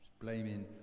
blaming